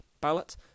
ballot